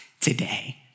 today